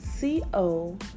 co